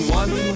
one